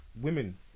women